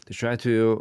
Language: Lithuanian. tai šiuo atveju